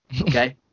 Okay